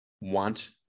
want